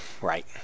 right